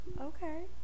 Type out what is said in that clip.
Okay